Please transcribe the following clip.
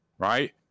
right